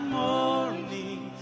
morning